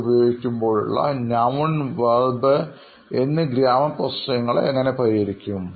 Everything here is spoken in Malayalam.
ഇത് ഉപയോഗിക്കുമ്പോഴുള്ള noun വെർബ് എന്നീ ഗ്രാമർ പ്രശ്നങ്ങളെ എങ്ങനെ പരിഹരിക്കും